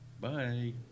Bye